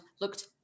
looked